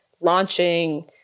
launching